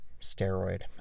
steroid